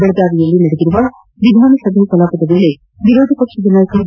ಬೆಳಗಾವಿಯಲ್ಲಿ ನಡೆದಿರುವ ವಿಧಾನಸಭೆ ಕಲಾಪದ ವೇಳೆ ವಿರೋಧ ಪಕ್ಷದ ನಾಯಕ ಬಿ